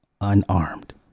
unarmed